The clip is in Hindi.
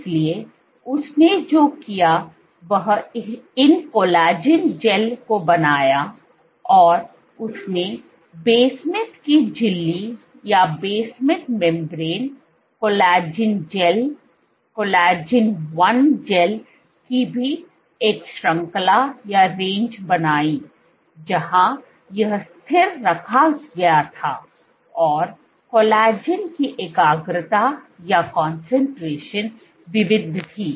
इसलिए उसने जो किया वह इन कोलेजन जैल को बनाया और उसने बेसमेंट की झिल्ली कोलेजन जैल कोलेजन 1 जैल की भी एक श्रृंखला बनाई जहां यह स्थिर रखा गया था और कोलेजन की एकाग्रता विविध थी